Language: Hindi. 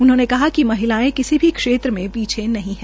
उन्होंने कहा कि महिला किसी भी क्षेत्र में पीछे नहीं है